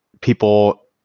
people